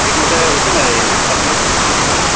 ঠিকমতে হৈছেনে এই পাচলিবোৰ অঁ